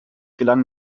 gelang